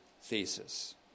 thesis